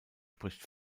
spricht